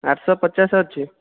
ଆଠଶହ ପଚାଶ ଅଛି